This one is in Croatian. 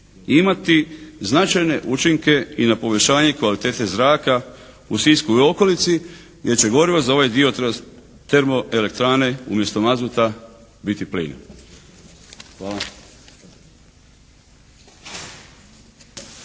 imati značajne učinke i na povećanje kvalitete zraka u Sisku i okolici jer će gorivo za ovaj dio termoelektrane umjesto mazuta biti plin.